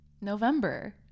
November